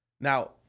Now